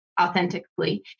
authentically